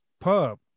pub